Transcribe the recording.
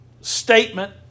statement